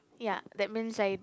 ya that means I